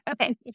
Okay